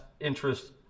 interest